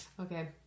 Okay